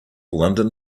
london